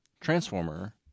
Transformer